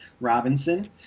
Robinson